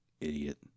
Idiot